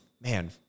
man